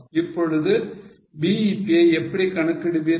இப்பொழுது BEP யை எப்படி கணக்கிடுவீர்கள்